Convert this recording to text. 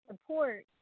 support